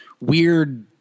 weird